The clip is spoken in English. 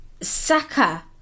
Saka